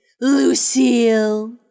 Lucille